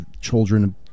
children